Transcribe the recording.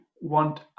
want